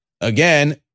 Again